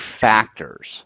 factors